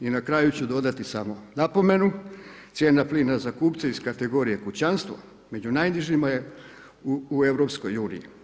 I na kraju ću dodati samo napomenu, cijena plina za kupce iz kategorije kućanstva, među najnižim u EU.